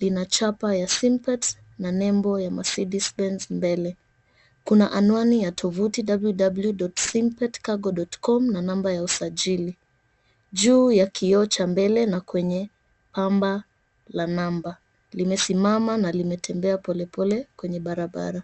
lina chapa ya Synthet na nembo ya Mercedes Benz, mbele kuna anwani ya tuvuti www.synthetcargo.com na namba ya usajili juu ya kioo cha mbele na kwenye pamba ya namba, limesimama na limetembea polepole kwenye barabara.